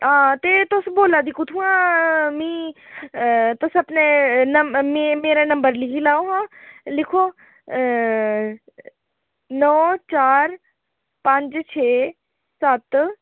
हां ते तुस बोल्ला दे कुत्थुआं मी तुस अपना न नं मे मेरा नंबर लिखी लैओ हां लिखो नौ चार पंज छे सत्त